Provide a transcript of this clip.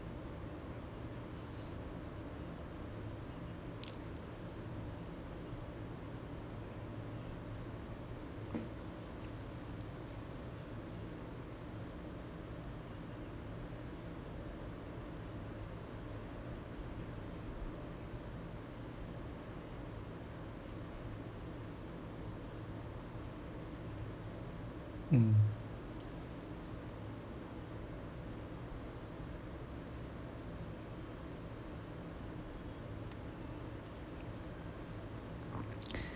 mm